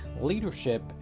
leadership